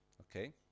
okay